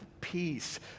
peace